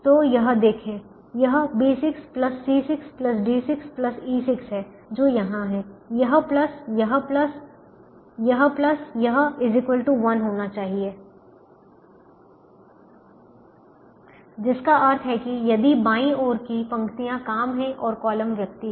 तो यह देखें यह B6C6D6E6 है जो यहाँ है यह प्लस यह प्लस यह प्लस यह 1 होना चाहिए जिसका अर्थ है कि यदि बाईं ओर की पंक्तियाँ काम हैं और कॉलम व्यक्ति हैं